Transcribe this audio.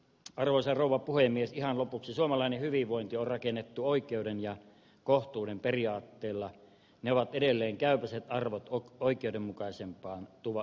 arvoisa rouva puhemies ja lopuksi suomalainen hyvinvointi on rakennettu oikeuden ja kohtuuden periaatteilla ne ovat edelleen käypäiset arvot oikeudenmukaisempaan tuva